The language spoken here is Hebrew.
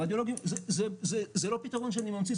זה לא פיתרון שאני ממציא,